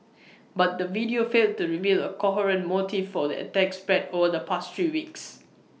but the video failed to reveal A coherent motive for the attacks spread over the past three weeks